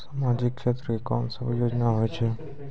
समाजिक क्षेत्र के कोन सब योजना होय छै?